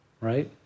right